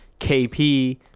KP